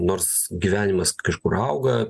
nors gyvenimas kažkur auga